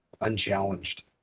unchallenged